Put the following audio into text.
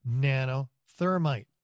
nanothermite